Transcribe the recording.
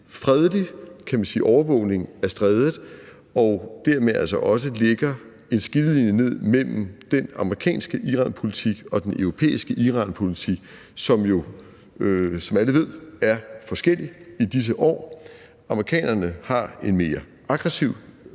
fredelig overvågning af strædet og dermed også lægger en skillelinje ned mellem den amerikanske Iranpolitik og den europæiske Iranpolitik, som jo, som alle ved, er forskellig i disse år. Amerikanerne har en mere aggressiv